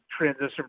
transition